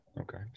Okay